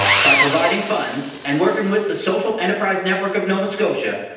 by providing funds and working with the social enterprise network of nova scotia.